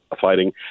fighting